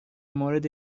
مورد